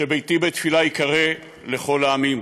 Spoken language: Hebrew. ש"ביתי בית תפלה יִקָּרֵא לכל העמים".